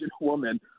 woman